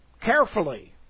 carefully